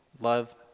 Love